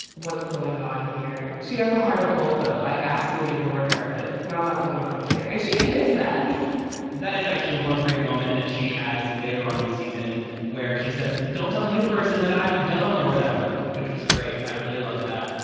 what's going on here? she has a heart of gold, though i absolutely adore her, but there's not a lot going on up there and she admits that that is actually one great moment that she has later on in the season where she says, don't tell the new person that i'm dumb or whatever, which was great. i really love that.